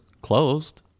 closed